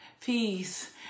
peace